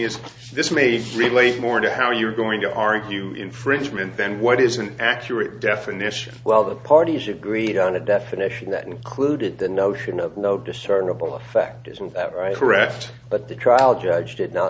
is this may relate more to how you're going to argue infringement then what is an accurate definition well the parties agreed on a definition that included the notion of no discernible effect isn't that right correct but the trial judge did not